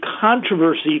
controversy